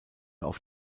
auf